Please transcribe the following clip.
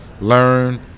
learn